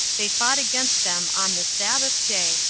they fought against them on the sabbath day,